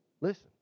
listen